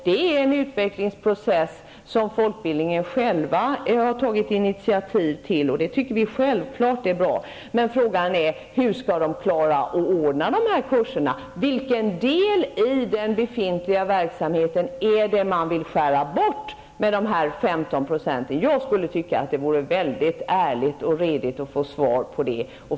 Det är en utvecklingsprocess som folkbildningen själv har tagit initiativ till, och det tycker vi självfallet är bra. Men frågan är: Hur skall de klara att anordna dessa kurser? Vilken del av den befintliga verksamheten är det som man vill skära bort med den 15 procentiga neddragningen? Jag skulle tycka att det vore ärligt och redigt att få svar på det.